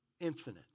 Infinite